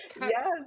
Yes